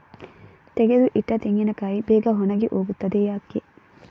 ತೆಗೆದು ಇಟ್ಟ ತೆಂಗಿನಕಾಯಿ ಬೇಗ ಒಣಗಿ ಹೋಗುತ್ತದೆ ಯಾಕೆ?